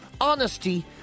honesty